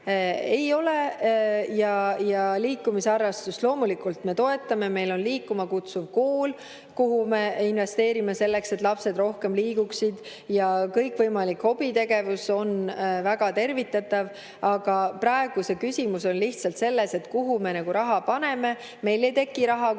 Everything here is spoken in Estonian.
ei ole. Ja liikumisharrastust loomulikult me toetame, meil on Liikuma Kutsuv Kool, kuhu me investeerime selleks, et lapsed rohkem liiguksid, ja kõikvõimalik hobitegevus on väga tervitatav. Aga praegu on küsimus lihtsalt selles, et kuhu me raha paneme. Meil ei teki raha kuskilt